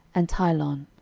and tilon.